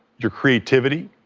your creativity,